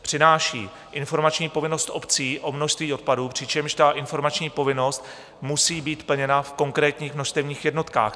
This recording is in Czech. Přináší informační povinnost obcí o množství odpadu, přičemž ta informační povinnost musí být plněna v konkrétních množstevních jednotkách.